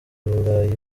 burayi